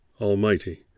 Almighty